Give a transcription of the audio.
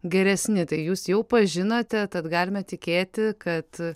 geresni tai jūs jau pažinote tad galime tikėti kad